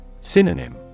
Synonym